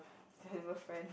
valuable friend